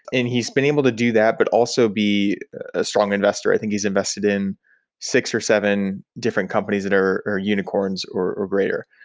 and he's been able to do that, but also be a strong investor. i think he's invested in six or seven different companies that are unicorns or or greater.